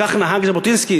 כך נהג ז'בוטינסקי.